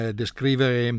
descrivere